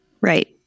Right